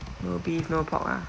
no beef no pork ah